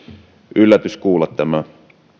yllätys kuulla tämä